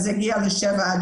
אז נהיה מ7-8,